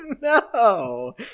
No